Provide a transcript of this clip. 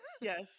yes